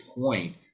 point